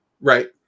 right